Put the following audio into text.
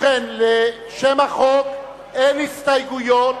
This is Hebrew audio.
לשם החוק אין הסתייגויות.